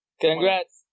Congrats